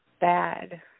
bad